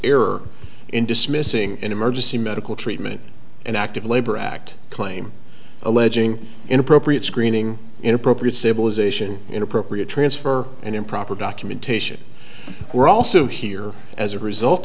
error in dismissing an emergency medical treatment and active labor act claim alleging inappropriate screening inappropriate stabilisation inappropriate transfer and improper documentation were also here as a result